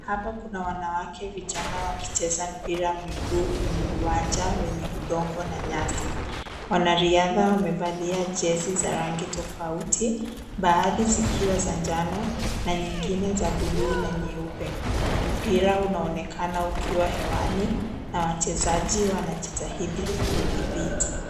Hapa kuna wanawake vijana wakicheza mpira wa miguu kwenye uwanja wenye udongo na nyasi. Wanaridha wamevalia jezi za rangi tofauti .Baadhi zikiwa za njano na zingine za bluu na nyeupe. Mpira unaonekana ukiwa hewani na wachezaji wanajitahidi kuudhibiti.